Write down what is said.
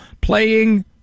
playing